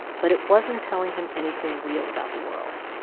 but it wasn't telling him anything real about the world.